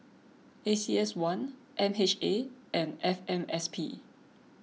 A C S one M H A and F M S P